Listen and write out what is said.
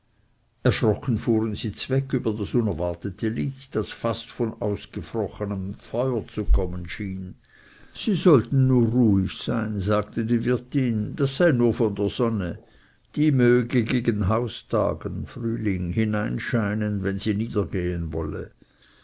erschrocken fuhren sie zweg über das unerwartete licht das fast von ausgebrochenem feuer zu kommen schien sie sollten nur ruhig sein sagte die wirtin das sei nur von der sonne die möge gegen haustagen hineinscheinen wenn sie nieder gehen wolle